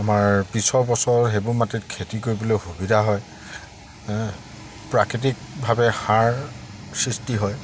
আমাৰ পিছৰ বছৰ সেইবোৰ মাটিত খেতি কৰিবলৈ সুবিধা হয় প্ৰাকৃতিকভাৱে সাৰ সৃষ্টি হয়